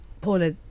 Paula